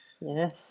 Yes